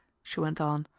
she went on,